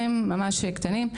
ממש קטנים.